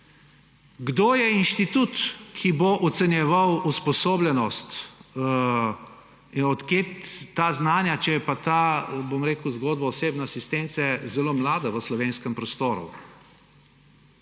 Kdo je inštitut, ki bo ocenjeval usposobljenost? Od kje ta znanja, če je pa ta zgodba osebne asistence zelo mlada v slovenskem prostoru?